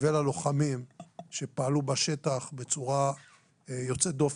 וללוחמים שפעלו בשטח בצורה יוצאת-דופן,